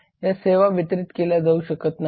या सेवा वितरित केल्या जाऊ शकत नाहीत